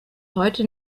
heute